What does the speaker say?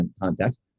context